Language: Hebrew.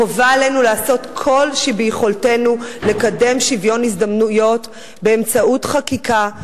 חובה עלינו לעשות כל שביכולתנו לקדם שוויון הזדמנויות באמצעות חקיקה,